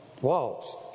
Walls